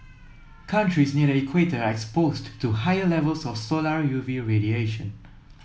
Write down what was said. countries near the equator are exposed to higher levels of solar U V radiation